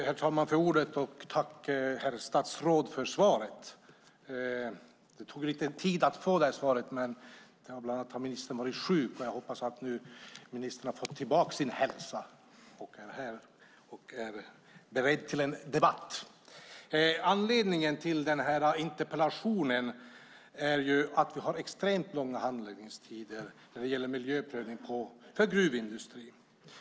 Herr talman! Tack för ordet! Och tack, herr statsråd, för svaret! Det tog lite tid att få svaret. Bland annat har ministern varit sjuk, men jag hoppas att ministern nu har fått tillbaks sin hälsa och här är beredd till en debatt. Anledningen till interpellationen är att vi har extremt långa handläggningstider vad gäller miljöprövning för gruvindustri.